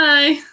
Bye